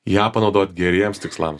ją panaudoti geriems tikslams